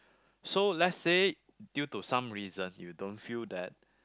so let's say due to some reason you don't feel that